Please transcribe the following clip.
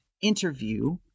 interview